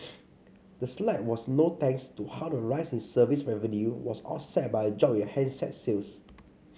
the slide was no thanks to how a rise in service revenue was offset by a drop in handset sales